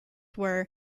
were